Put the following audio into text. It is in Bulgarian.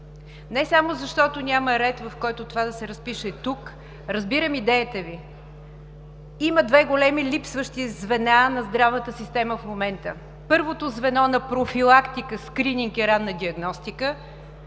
не само защото няма ред, в който това да се разпише тук. Разбирам идеята Ви. Има две големи липсващи звена на здравната система в момента. Първото звено – на профилактика, скрининг и ранна диагностика,